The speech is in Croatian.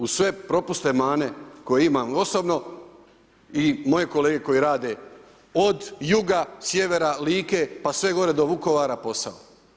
Uz sve propuste i mane koje imam osobno i moji kolege koji rade od juga, sjevera, Like pa sve gore do Vukovara, posao.